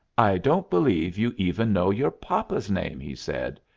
i don't believe you even know your papa's name, he said.